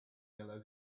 yellow